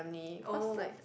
oh